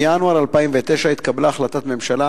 בינואר 2009 התקבלה החלטת ממשלה